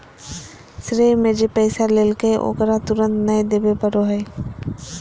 श्रेय में जे पैसा लेलकय ओकरा तुरंत नय देबे पड़ो हइ